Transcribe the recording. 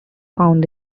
color